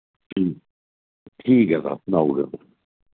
ठीक ऐ तां सनाई ओड़ेओ तुस